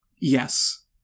Yes